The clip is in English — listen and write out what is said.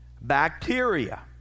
Bacteria